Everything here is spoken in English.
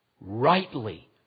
rightly